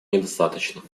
недостаточно